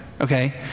okay